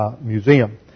Museum